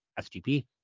SGP